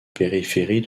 périphérie